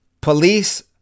police